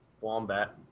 wombat